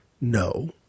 No